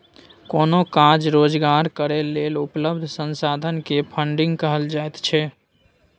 कोनो काज रोजगार करै लेल उपलब्ध संसाधन के फन्डिंग कहल जाइत छइ